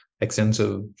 extensive